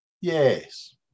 Yes